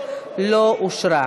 לא אושרה.